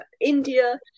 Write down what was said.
India